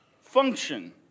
function